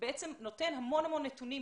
נותן המון נתונים,